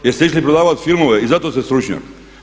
Jer ste išli prodavati filmove i zato ste stručnjak.